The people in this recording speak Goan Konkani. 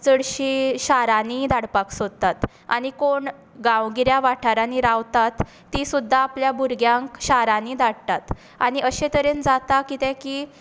चडशीं शारांनी धाडपाक सोदतात आनी कोण गांवगिऱ्या वाठारांनी रावतात तीं सुद्दां आपल्या भुरग्यांक शारांनी धाडटात आनी अशें तरेन जाता कितें की